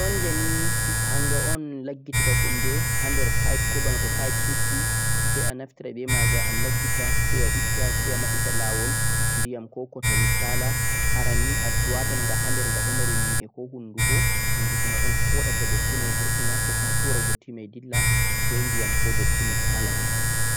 fulanja ni hanha o'n leggitata hunde hander pipe ko boono toh pie sukki sa naftira be maaga a leggita sai a itta sai a babbita lawol diyam ko-ko toh mi laasa aran ni adon waatan gha hander adon mari yi'e ko hundu ko hunduu mei o'n foodhata datti mei burtina ko kuma tura datti mei dilla sai diyam ko datti mei saala hander